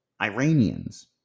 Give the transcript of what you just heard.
Iranians